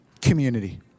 community